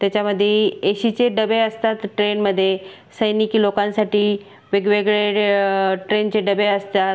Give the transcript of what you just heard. त्याच्यामध्ये ए शीचे डबे असतात ट्रेनमध्ये सैनिकी लोकांसाठी वेगवेगळे ट्रेनचे डबे असतात